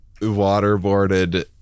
waterboarded